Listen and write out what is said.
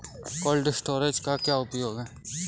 Cold storage का क्या उपयोग है?